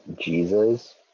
Jesus